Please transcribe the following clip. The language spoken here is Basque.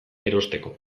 erosteko